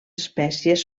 espècies